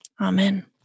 Amen